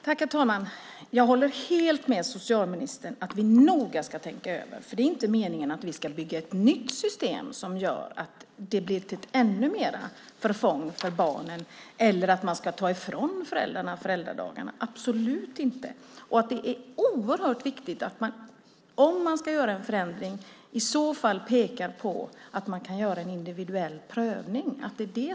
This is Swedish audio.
Herr talman! Jag håller helt med socialministern om att vi noga ska tänka över detta, för det är inte meningen att vi ska bygga ett nytt system som blir ännu mer till förfång för barnen. Vi ska inte heller ta ifrån föräldrarna föräldradagarna - absolut inte! Det är också oerhört viktigt att man om man ska göra en förändring i så fall pekar på att det kan göras en individuell prövning.